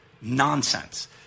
nonsense